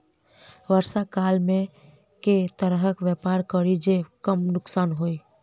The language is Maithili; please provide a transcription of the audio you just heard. वर्षा काल मे केँ तरहक व्यापार करि जे कम नुकसान होइ?